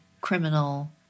criminal